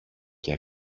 και